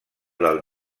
del